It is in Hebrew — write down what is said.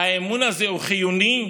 האמון הזה הוא חיוני,